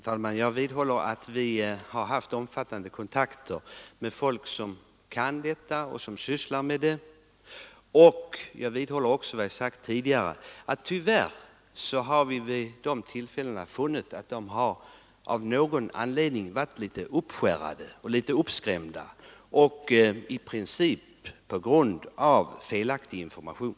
Herr talman! Jag vidhåller att vi har haft omfattande kontakter med folk som kan dessa frågor och som sysslar med dem. Jag vidhåller också vad jag sagt tidigare, om att vi vid de tillfällen då vi träffat skogsägarna tyvärr har funnit att de av någon anledning varit litet uppskärrade och uppskrämda — i princip på grund av felaktig information.